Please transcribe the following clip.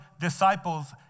disciples